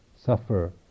suffer